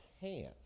hands